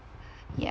yeah